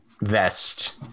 vest